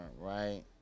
Right